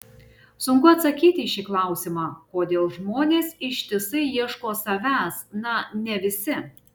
sunku atsakyti į šį klausimą kodėl žmonės ištisai ieško savęs na ne visi